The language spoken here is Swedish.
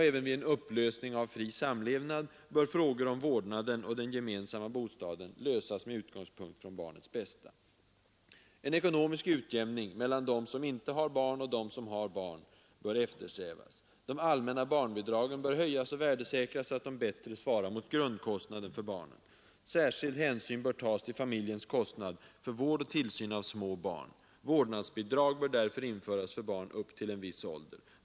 Även vid upplösning av fri samlevnad bör frågor om vårdnaden och den gemensamma bostaden lösas med utgångspunkt från barnets bästa.” ”En ekonomisk utjämning mellan dem som inte har barn och dem som har barn bör eftersträvas. De allmänna barnbidragen bör höjas och värdesäkras, så att de bättre svarar mot grundkostnaden för barnen. Särskild hänsyn bör tas till familjens kostnad för vård och tillsyn av små barn. Vårdnadsbidrag bör därför införas för barn upp till viss ålder.